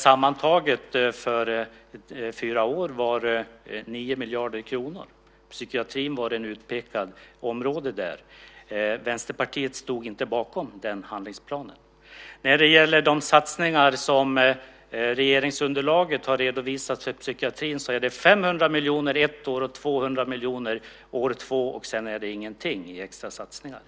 Sammantaget under fyra år omfattar den 9 miljarder kronor. Psykiatrin var ett utpekat område där. Vänsterpartiet stod inte bakom den handlingsplanen. De satsningar som regeringsunderlaget har redovisat för psykiatrin är 500 miljoner ett år, 200 miljoner år två, och sedan är det ingenting i extra satsningar.